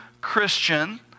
Christian